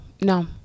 No